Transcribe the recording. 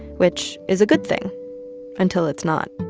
which is a good thing until it's not.